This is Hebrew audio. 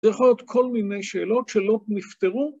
‫זה יכול להיות כל מיני שאלות ‫שלא נפתרו.